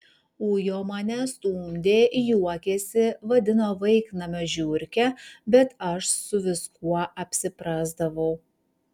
ujo mane stumdė juokėsi vadino vaiknamio žiurke bet aš su viskuo apsiprasdavau